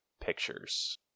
Pictures